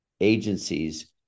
agencies